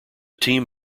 team